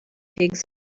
pigs